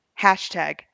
Hashtag